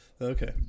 Okay